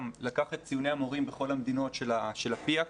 לקח את ציוני המורים בכל המדינות של ה-PIAAC,